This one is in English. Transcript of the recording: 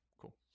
Cool